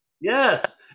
Yes